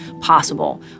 possible